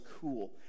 cool